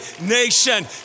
nation